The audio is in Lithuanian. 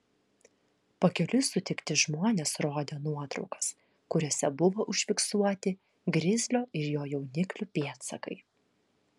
pakeliui sutikti žmonės rodė nuotraukas kuriose buvo užfiksuoti grizlio ir jo jauniklių pėdsakai